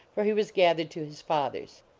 for he was gathered to his fathers.